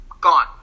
gone